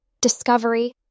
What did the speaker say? discovery